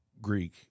Greek